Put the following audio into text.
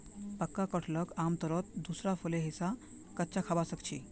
पक्का कटहलक आमतौरत दूसरा फलेर हिस्सा कच्चा खबा सख छि